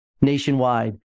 nationwide